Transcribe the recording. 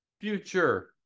future